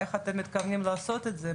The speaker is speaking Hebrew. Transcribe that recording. איך אתם מתכוונים לעשות את זה,